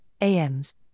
AMs